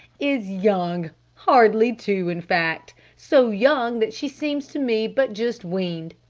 is young hardly two in fact so young that she seems to me but just weaned.